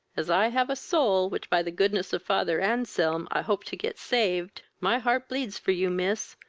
as i have a soul, which, by the goodness of father anselm, i hope to get saved, my heart bleeds for you, miss,